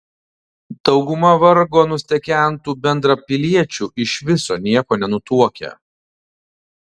dauguma vargo nustekentų bendrapiliečių iš viso nieko nenutuokia